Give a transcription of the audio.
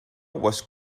was